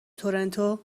تورنتو